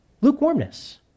Lukewarmness